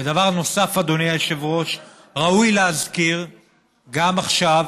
ודבר נוסף, אדוני היושב-ראש, ראוי להזכיר גם עכשיו